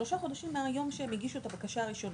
שלושה חודשים מהיום שהם הגישו את הבקשה הראשונה.